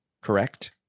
correct